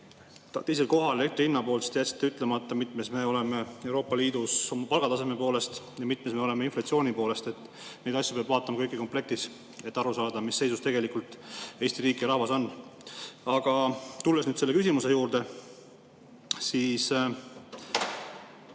hinna poolest, siis te jätsite ütlemata, mitmes me oleme Euroopa Liidus palgataseme poolest ja mitmes me oleme inflatsiooni poolest. Neid asju peab vaatama kompleksis, et aru saada, mis seisus tegelikult Eesti riik ja rahvas on. Aga tulles nüüd selle küsimuse juurde,